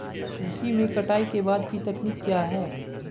कृषि में कटाई के बाद की तकनीक क्या है?